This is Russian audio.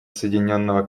соединенного